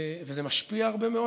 וזה משפיע הרבה מאוד.